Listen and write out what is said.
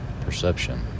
perception